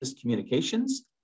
Communications